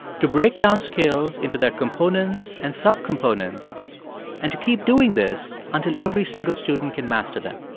to break down skills into their components and subcomponents and to keep doing this until every single student can master them.